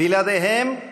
בלעדיהם,